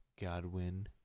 Godwin